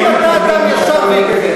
אם אתה אדם ישר ועקבי.